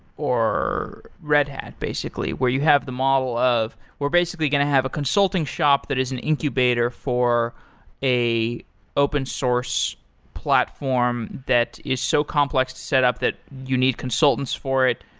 or red hat, basically, where you have the model of, we're basically going to have a consulting shop that is an incubator for an open source platform that is so complex to set up that you need consultants for it.